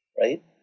right